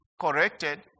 corrected